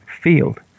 field